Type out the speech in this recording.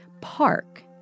park